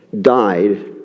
died